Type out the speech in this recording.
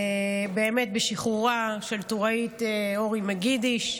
בשחרורה של טוראית אורי מגידיש.